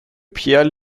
pierre